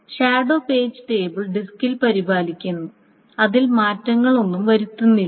shadow page table ഡിസ്കിൽ പരിപാലിക്കുന്നു അതിൽ മാറ്റങ്ങളൊന്നും വരുത്തുന്നില്ല